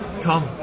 Tom